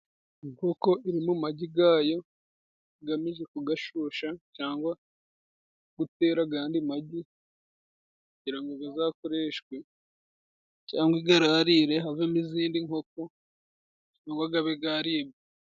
Inkoko iri mu magi yayo igamije ku yashyushya cyangwa gutera ayandi magi, kugira ngo azakoreshwe, cyangwa iyararire havemo izindi nkoko, cyangwa abe yaribwa.